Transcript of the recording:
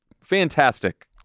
fantastic